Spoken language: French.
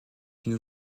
une